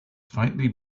faintly